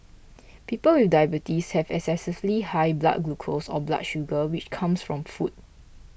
people with diabetes have excessively high blood glucose or blood sugar which comes from food